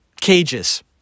Cages